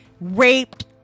raped